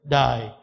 die